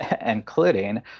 including